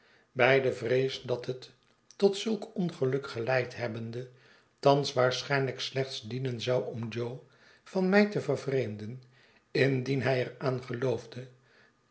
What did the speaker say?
de vrees dat het tot zulk ongeluk geleid hebbende thans waarschijnlijk slechts dienen zou om jo van mij te vervreemden indien hij er aan geloofde